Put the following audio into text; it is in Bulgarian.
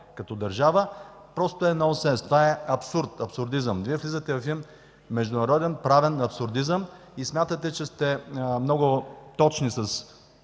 като държава, просто е нонсенс. Това е абсурд, абсурдизъм. Вие влизате в един международен правен абсурдизъм и смятате, че сте много точни с